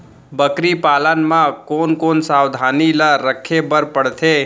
बकरी पालन म कोन कोन सावधानी ल रखे बर पढ़थे?